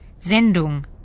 Sendung